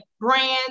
brands